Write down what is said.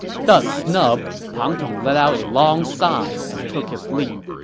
thus snubbed, pang tong let out a long sigh and took his leave